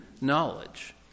knowledge